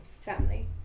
family